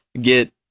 get